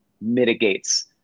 mitigates